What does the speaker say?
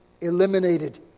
eliminated